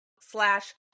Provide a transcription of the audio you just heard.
slash